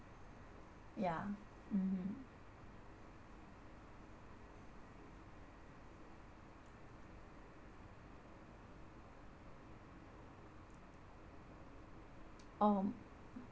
yeah mmhmm um